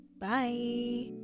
bye